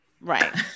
right